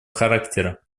характера